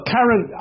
Karen